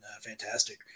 fantastic